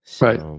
right